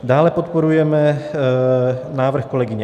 Dále podporujeme návrh kolegyně